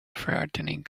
frightening